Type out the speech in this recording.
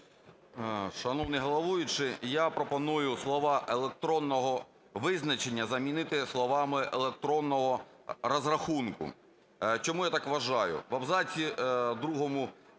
Шановний головуючий, я пропоную слова "електронного визначення" замінити словами "електронного розрахунку". Чому я так вважаю? В абзаці другому